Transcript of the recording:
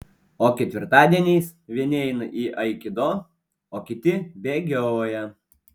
o ketvirtadieniais vieni eina į aikido o kiti bėgioja